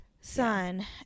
son